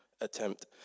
attempt